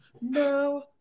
No